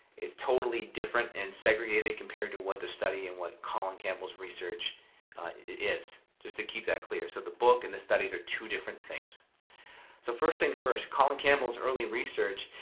it's totally different and segregated compared to what the study and what colin campbell's research is. just to keep that clear, so the book and the study are two different things. so first things first colin campbell's early research,